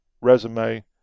resume